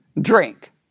drink